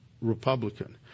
Republican